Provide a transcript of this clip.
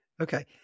Okay